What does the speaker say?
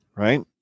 Right